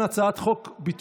אנחנו מסירים את ההתנגדויות,